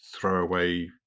throwaway